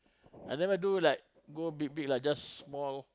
I never do like go big big lah just small